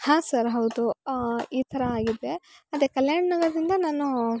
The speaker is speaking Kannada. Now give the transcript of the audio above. ಹಾಂ ಸರ್ ಹೌದು ಈ ಥರ ಆಗಿದೆ ಅದೇ ಕಲ್ಯಾಣನಗರ್ದಿಂದ ನಾನು